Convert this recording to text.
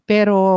Pero